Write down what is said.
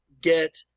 get